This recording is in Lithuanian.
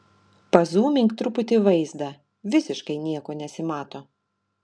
pazūmink truputį vaizdą visiškai nieko nesimato